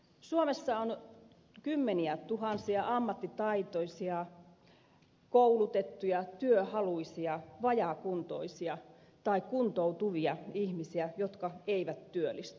suomessa on kymmeniätuhansia ammattitaitoisia koulutettuja työhaluisia vajaakuntoisia tai kuntoutuvia ihmisiä jotka eivät työllisty